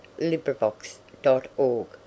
LibriVox.org